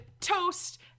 toast